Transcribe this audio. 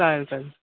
चालेल चालेल